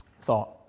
thought